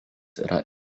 yra